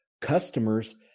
customers